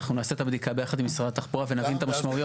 אנחנו נעשה את הבדיקה ביחד עם משרד התחבורה ונבין את המשמעויות.